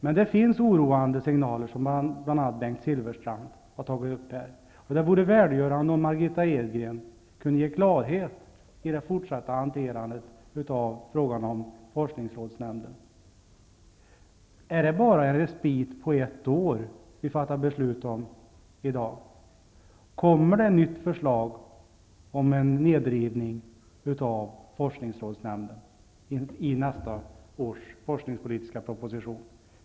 Men det finns oroande signaler, som bl.a. Bengt Silfverstrand har tagit upp. Det vore välgörande om Margitta Edgren kunde ge klarhet beträffande det fortsatta hanterandet av frågan om forskningrådsnämnden. Är det bara en respit på ett år som vi fattar beslut om i dag? Kommer det ett nytt förslag om en nedrivning av forskningrådsnämnden i nästa års forskningspolitiska proposition?